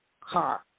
car